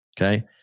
Okay